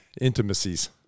intimacies